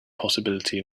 possibility